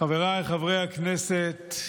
חבריי חברי הכנסת,